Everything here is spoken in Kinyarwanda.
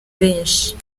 benshi